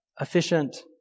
Efficient